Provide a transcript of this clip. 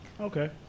Okay